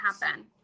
happen